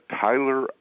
Tyler